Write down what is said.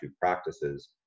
practices